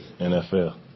NFL